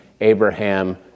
Abraham